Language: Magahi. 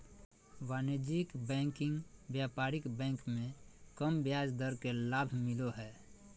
वाणिज्यिक बैंकिंग व्यापारिक बैंक मे कम ब्याज दर के लाभ मिलो हय